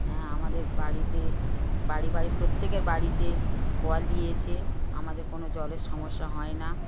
হ্যাঁ আমাদের বাড়িতে বাড়ি বাড়ি প্রত্যেকের বাড়িতে কল দিয়েছে আমাদের কোনো জলের সমস্যা হয় না